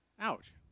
Ouch